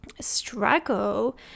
struggle